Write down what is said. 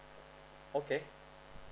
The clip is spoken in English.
okay